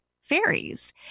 fairies